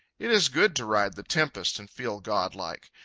it is good to ride the tempest and feel godlike.